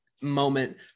moment